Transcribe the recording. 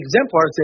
Exemplars